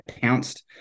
pounced